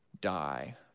die